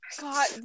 God